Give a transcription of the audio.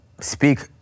speak